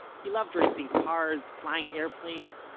he loved racing cars, flying airplanes,